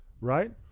right